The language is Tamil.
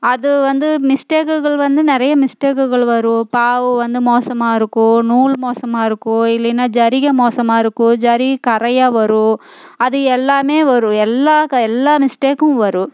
அது வந்து மிஸ்டேக்குகள் வந்து நிறையா மிஸ்டேக்குகள் வரும் பாவு வந்து மோசமாக இருக்கும் நூல் மோசமாக இருக்கும் இல்லைன்னா ஜரிகை மோசமாக இருக்கும் ஜரிகை கறையாக வரும் அது எல்லாமே வரும் எல்லா கா எல்லா மிஸ்டேக்கும் வரும்